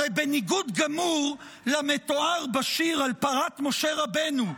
הרי בניגוד גמור למתואר בשיר על פרת משה רבנו,